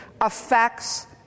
affects